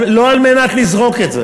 לא על מנת לזרוק את זה